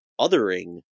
othering